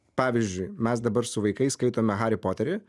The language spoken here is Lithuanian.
pavyzdžiui mes dabar su vaikais skaitome harį poterį